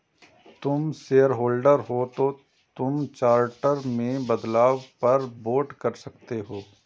तुम शेयरहोल्डर हो तो तुम चार्टर में बदलाव पर वोट कर सकते हो